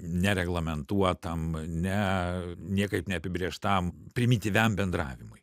nereglamentuotam ne niekaip neapibrėžtam primityviam bendravimui